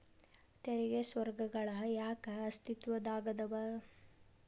ತೆರಿಗೆ ಸ್ವರ್ಗಗಳ ಯಾಕ ಅಸ್ತಿತ್ವದಾಗದವ